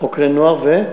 חוקרי נוער ו ?